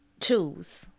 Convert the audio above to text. Choose